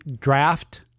draft